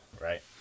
right